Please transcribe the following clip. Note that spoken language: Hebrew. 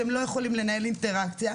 איתם אין להם אינטראקציה,